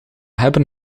hebben